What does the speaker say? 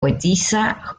poetisa